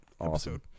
episode